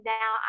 now